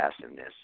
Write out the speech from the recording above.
passiveness